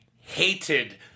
hated